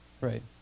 Right